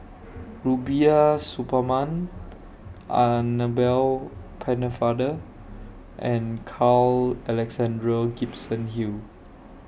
Rubiah Suparman Annabel Pennefather and Carl Alexander Gibson Hill